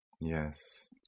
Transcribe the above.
Yes